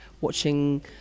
watching